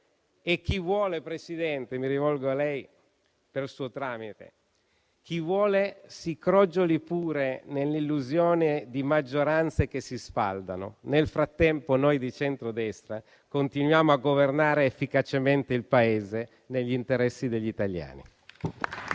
E chi vuole - Presidente, mi rivolgo ai colleghi per suo tramite - si crogioli pure nell'illusione di maggioranze che si sfaldano. Nel frattempo noi di centrodestra continuiamo a governare efficacemente il Paese negli interessi degli italiani.